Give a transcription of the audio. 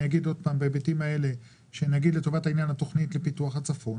ניקח את התכנית לפיתוח הצפון,